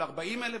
ו-40,000?